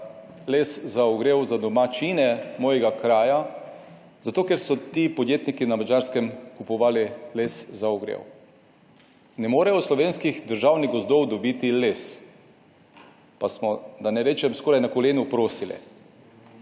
les za ogrel za domačine mojega kraja, zato, ker so ti podjetniki na Madžarskem kupovali les za ogrel. Ne morejo iz slovenskih državnih gozdov dobiti les. Pa smo, da ne rečem skoraj na kolenu prosili,